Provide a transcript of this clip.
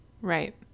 Right